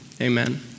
Amen